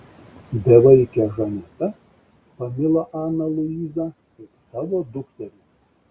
bevaikė žaneta pamilo aną luizą kaip savo dukterį